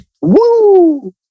woo